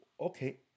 okay